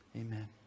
Amen